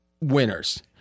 winners